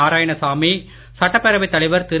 நாராயணசாமி சட்டப்பேரவைத் தலைவர் திரு